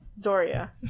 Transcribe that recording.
Zoria